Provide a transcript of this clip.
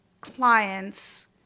clients